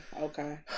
Okay